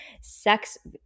sex